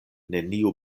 neniu